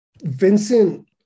Vincent